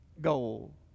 goal